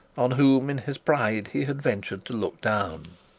on whom in his pride he had ventured to look down.